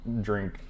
drink